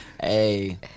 Hey